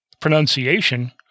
pronunciation